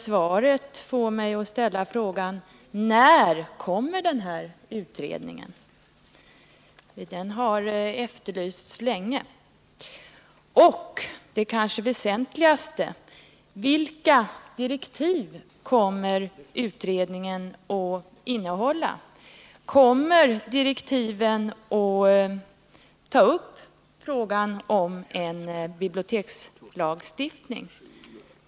Svaret får mig att ställa frågan: När kommer utredningen att tillsättas? Den har efterlysts länge. Och det kanske väsentligaste: Vilka direktiv kommer utredningen att få? Kommer direktiven att ta upp frågan om en bibliotekslagstiftning?